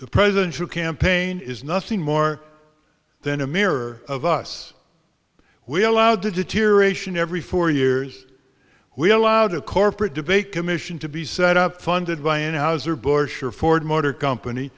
the presidential campaign is nothing more than a mirror of us we allowed to deterioration every four years we allowed a corporate debate commission to be set up funded by an houser bush or ford motor company